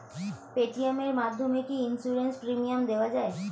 Paytm এর মাধ্যমে কি ইন্সুরেন্স প্রিমিয়াম দেওয়া যায়?